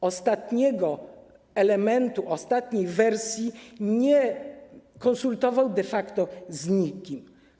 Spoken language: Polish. I ostatniego elementu, ostatniej wersji nie konsultował de facto z nikim.